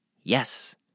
Yes